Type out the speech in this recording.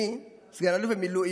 אני, סגן אלוף במילואים,